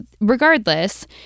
regardless